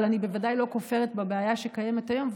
אבל אני בוודאי לא כופרת בבעיה שקיימת היום,